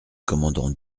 commandant